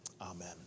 Amen